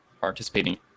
participating